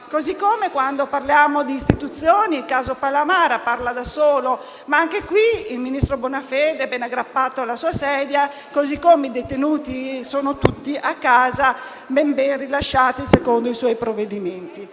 Così come, quando parliamo di istituzioni, il caso Palamara parla da solo. Anche qui, però, il ministro Bonafede, è ben aggrappato alla sua sedia, così come i detenuti sono tutti a casa, ben rilasciati secondo i suoi provvedimenti.